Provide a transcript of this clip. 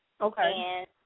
Okay